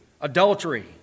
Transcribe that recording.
adultery